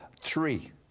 Three